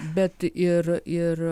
bet ir ir